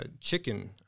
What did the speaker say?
chicken